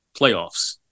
playoffs